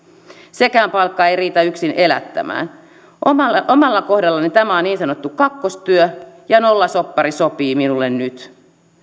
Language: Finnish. sekään palkka ei riitä yksin elättämään omalla omalla kohdallani tämä on niin sanottu kakkostyö ja nollasoppari sopii minulle nyt